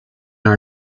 are